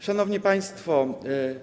Szanowni Państwo!